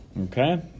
Okay